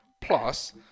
plus